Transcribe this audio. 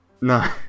No